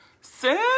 sit